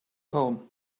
home